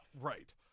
Right